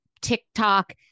TikTok